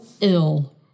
ill